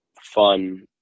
fun